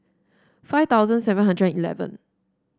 five thousand seven hundred eleven